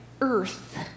earth